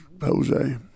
Jose